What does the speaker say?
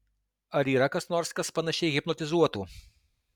ar yra kas nors kas panašiai hipnotizuotų